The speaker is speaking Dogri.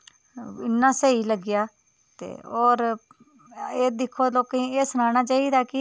इन्ना स्हेई लग्गेआ होर एह् दिक्खो लोकें गी एह् सनाना चाहिदा कि